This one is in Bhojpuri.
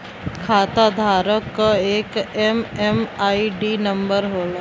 खाताधारक क एक एम.एम.आई.डी नंबर होला